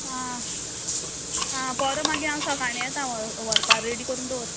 आं आं परां मागीर हांव सकाणीं येता व्हर व्हरपा रेडी करून दवर